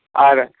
আর